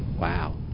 Wow